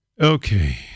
Okay